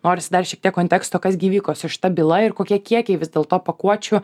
norisi dar šiek tiek konteksto kas gi įvyko su šita byla ir kokie kiekiai vis dėl to pakuočių